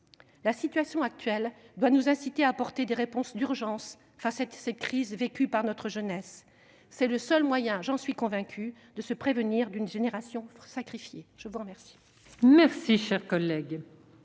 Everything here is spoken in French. La situation actuelle doit nous inciter à apporter des réponses d'urgence face à cette crise vécue par notre jeunesse. C'est le seul moyen, j'en suis convaincue, de prévenir l'apparition d'une génération sacrifiée. La parole est à Mme la